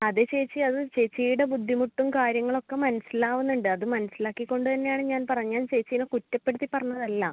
അതേ ചേച്ചി അത് ചേച്ചിയുടെ ബുദ്ധിമുട്ടും കാര്യങ്ങളുമൊ മനസ്സിലാവുന്നുണ്ട് അത് മനസ്സിലാക്കി കൊണ്ട് തന്നെയാണ് ഞാൻ പറഞ്ഞത് ചേച്ചിനെ കുറ്റപ്പെടുത്തി പറഞ്ഞതല്ല